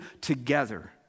together